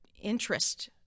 interest